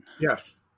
Yes